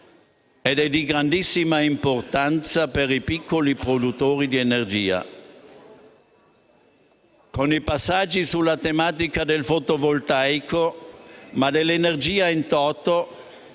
ed è di grandissima importanza per i piccoli produttori di energia. Con i passaggi sulla tematica del fotovoltaico (ma dell'energia *in toto*),